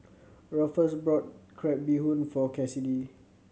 Rufus bought crab bee hoon for Cassidy